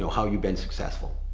how you've been successful.